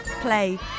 play